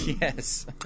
yes